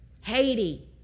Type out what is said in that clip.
Haiti